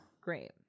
Great